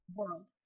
world